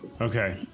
Okay